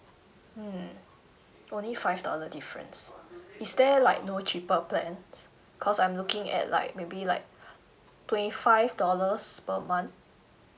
mm only five dollar difference is there like no cheaper plan cause I'm looking at like maybe like twenty five dollars per month